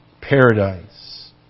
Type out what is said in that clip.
paradise